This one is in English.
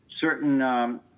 certain